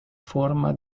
forma